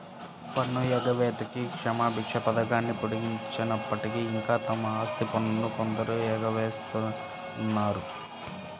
పన్ను ఎగవేతకి క్షమాభిక్ష పథకాన్ని పొడిగించినప్పటికీ, ఇంకా తమ ఆస్తి పన్నును కొందరు ఎగవేస్తూనే ఉన్నారు